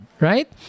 right